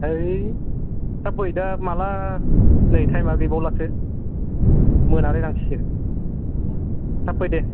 थै थाबफै दा माला नै टाइम आ गैबावला सो मोनालायलांसैसो थाबफै दे